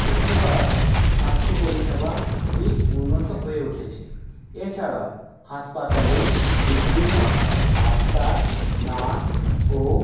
এখানকার স্বাস্থ্য পরিষেবা খুবই উন্নত হয়ে উঠেছে এছাড়াও হাসপাতালে বিভিন্ন ডাক্তার নার্স ও